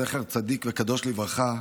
זכר צדיק וקדוש לברכה,